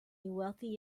wealthy